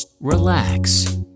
relax